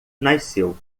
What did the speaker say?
nasceu